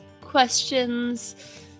questions